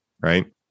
Right